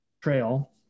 trail